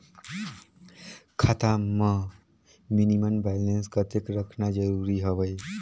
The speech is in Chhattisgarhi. खाता मां मिनिमम बैलेंस कतेक रखना जरूरी हवय?